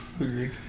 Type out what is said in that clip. Agreed